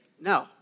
no